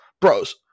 bros